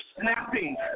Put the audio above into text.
snapping